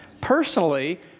Personally